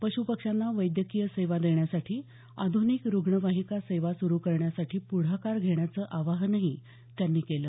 पश्पक्ष्यांना वैद्यकीय सेवा देण्यासाठी आधुनिक रूग्णवाहिका सेवा सुरू करण्यासाठी पुढाकार घेण्याचं आवाहनही त्यांनी केलं